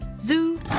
Zoo